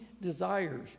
desires